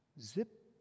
zip